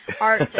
art